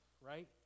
right